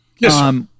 yes